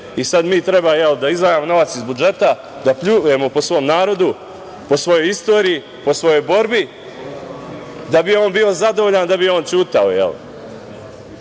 i sada mi treba, jel da izdvajamo novac iz budžeta, da pljujemo po svom narodu, po svojoj istoriji, po svojoj borbi, da bi on bio zadovoljan i da bi